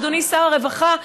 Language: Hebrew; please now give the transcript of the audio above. אדוני שר הרווחה?